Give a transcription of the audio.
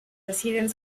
deciden